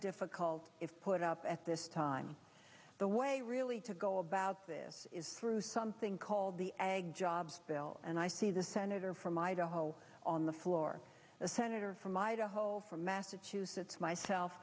difficult if put up at this time the way really to go about this is through something called the egg jobs bill and i see the senator from idaho on the floor the senator from idaho from massachusetts myself